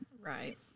Right